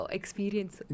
experience